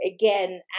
again